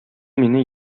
мине